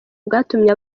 bwatumye